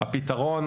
זו הנקודה הראשונה.